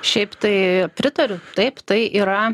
šiaip tai pritariu taip tai yra